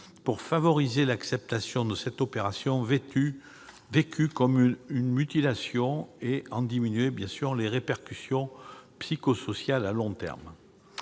pour favoriser l'acceptation de cette opération, vécue comme une mutilation, et en diminuer les répercussions psychosociales à long terme.